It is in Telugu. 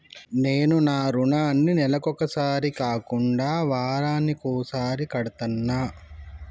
నేను నా రుణాన్ని నెలకొకసారి కాకుండా వారానికోసారి కడ్తన్నా